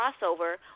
crossover